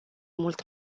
mult